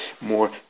more